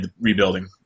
rebuilding